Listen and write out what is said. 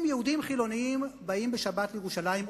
אם יהודים חילונים באים בשבת לירושלים,